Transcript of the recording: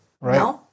Right